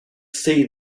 see